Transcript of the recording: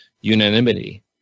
unanimity